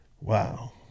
Wow